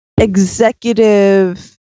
executive